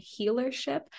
healership